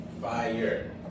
Fire